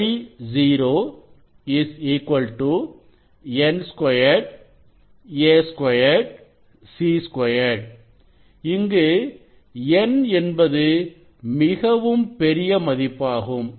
I0 N 2 a 2 C2 இங்கு N என்பது மிகவும் பெரிய மதிப்பாகும்